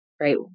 right